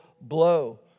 blow